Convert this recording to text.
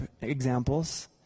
examples